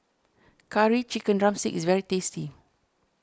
Curry Chicken Drumstick is very tasty